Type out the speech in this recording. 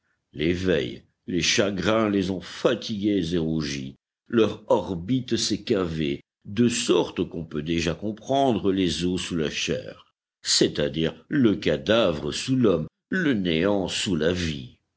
les veilles les chagrins les ont fatigués et rougis leur orbite s'est cavée de sorte qu'on peut déjà comprendre les os sous la chair c'est-à-dire le cadavre sous l'homme le néant sous la vie